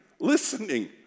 listening